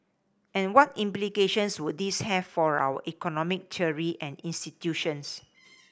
and what implications would this have for our economic theory and institutions